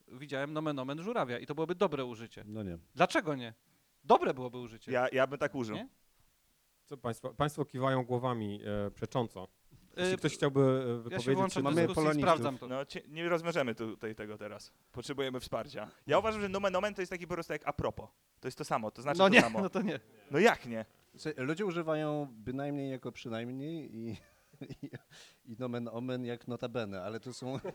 widziałem nomen omen żurawia i to byłoby dobre użycie. No nie. Dlaczego nie? Dobre byłoby użycie. Ja- ja bym tak użył. Nie? Co państwo- państwo kiwają głowami, e, przecząco. Jeśli Y, ktoś chciałby, e, ja się wypowiedzieć włączę się- w Mamy dyskusję i polonistów. sprawdzam to. No, ci- nie rozwiążemy tutaj tego teraz. Potrzebujemy wsparcia. Ja uważam, że nomen omen to jest taki po prostu jak a propos. To jest to samo, to znaczy No to nie, samo. no to nie. No jak nie? Słuchaj, ludzie używają bynajmniej jako przynajmniej i- i- i nomen omen jak notabene, ale to są-